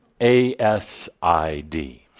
ASID